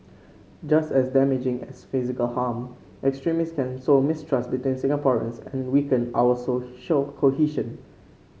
just as damaging as physical harm extremists can sow mistrust between Singaporeans and weaken our social cohesion